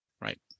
Right